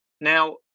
Now